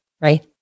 right